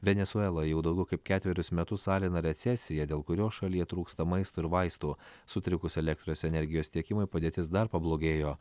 venesueloje jau daugiau kaip ketverius metus alina recesija dėl kurios šalyje trūksta maisto ir vaistų sutrikus elektros energijos tiekimui padėtis dar pablogėjo